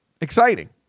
exciting